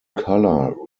color